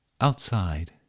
outside